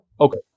Okay